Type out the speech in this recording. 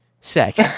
Sex